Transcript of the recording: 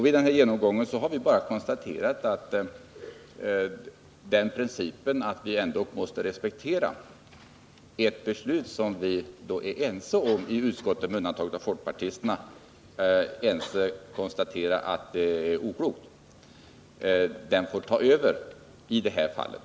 Vid vår genomgång har vi bara konstaterat att principen att vi måste respektera ett regeringsbeslut, även om vii utskottet — med undantag för folkpartisterna— är ense om att det är oklokt, får ta över i det här fallet.